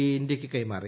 E ഇന്ത്യയ്ക്ക് കൈമാറി